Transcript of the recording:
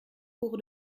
pour